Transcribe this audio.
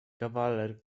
kawaler